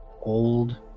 old